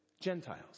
Gentiles